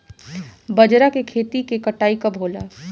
बजरा के खेती के कटाई कब होला?